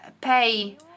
pay